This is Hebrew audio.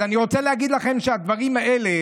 אז אני רוצה להגיד לכם שהדברים האלה